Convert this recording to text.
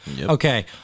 Okay